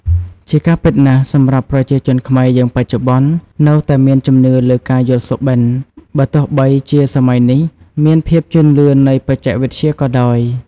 ជាការពិតណាស់សម្រាប់ប្រជាជនខ្មែរយើងបច្ចុប្បន្ន នៅតែមានជំនឿលើការយល់សុបិន្ត បើទោះបីជាសម័យនេះ មានភាពជឿនលឿននៃបច្ចេកវិទ្យាក៏ដោយ។